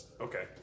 okay